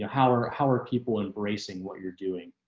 know, how are, how are people embracing what you're doing.